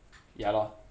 ya lor